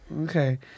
Okay